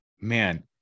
man